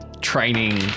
training